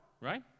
right